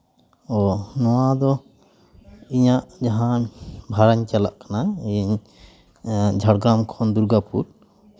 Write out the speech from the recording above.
ᱚᱸᱻ ᱱᱚᱣᱟ ᱫᱚ ᱤᱧᱟᱹᱜ ᱡᱟᱦᱟᱱ ᱵᱷᱟᱲᱟᱧ ᱪᱟᱞᱟᱜ ᱠᱟᱱᱟ ᱤᱧ ᱡᱷᱟᱲᱜᱨᱟᱢ ᱠᱷᱚᱱ ᱫᱩᱨᱜᱟᱯᱩᱨ